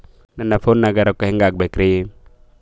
ನನ್ನ ಫೋನ್ ನಾಗ ರೊಕ್ಕ ಹೆಂಗ ಹಾಕ ಬೇಕ್ರಿ?